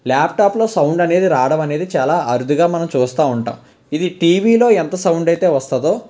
ల్యాప్టాప్లో సౌండ్ అనేది రావడం అనేది చాలా అరుదుగా మనం చూస్తా ఉంటాం ఇది టీవీలో ఎంత సౌండ్ అయితే వస్తుందో